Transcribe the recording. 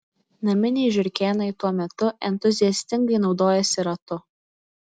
naminiai žiurkėnai tuo metu entuziastingai naudojasi ratu